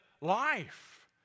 life